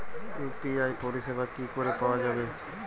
UPI পরিষেবা কি করে পাওয়া যাবে?